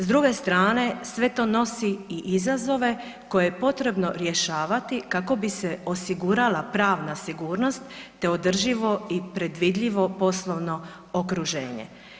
S druge strane sve to nosi i izazove koje je potrebno rješavati kako bi se osigurala pravna sigurnost, te održivo i predvidljivo poslovno okruženje.